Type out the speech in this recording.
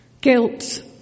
Guilt